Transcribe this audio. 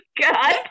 God